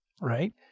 right